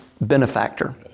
benefactor